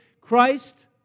Christ